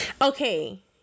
Okay